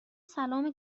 سلام